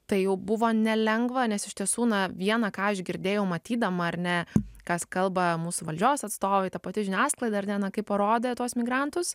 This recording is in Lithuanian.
tai jau buvo nelengva nes iš tiesų na viena ką aš girdėjau matydama ar ne kas kalba mūsų valdžios atstovai ta pati žiniasklaida ar ne na kaip parodė tuos migrantus